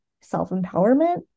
self-empowerment